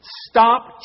Stop